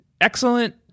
excellent